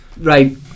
Right